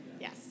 Yes